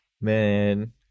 Man